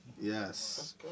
Yes